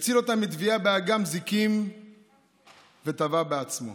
הוא הציל אותם מטביעה באגם זיקים וטבע בעצמו.